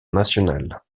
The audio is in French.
nationale